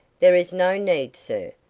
there is no need, sir.